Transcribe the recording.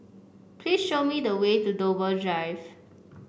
please show me the way to Dover Drive